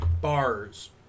bars